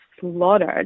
slaughtered